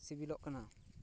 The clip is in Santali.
ᱥᱤᱵᱤᱞᱚᱜ ᱠᱟᱱᱟ